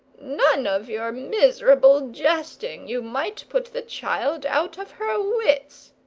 none of your miserable jesting! you might put the child out of her wits.